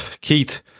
Keith